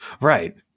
right